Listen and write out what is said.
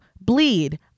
Bleed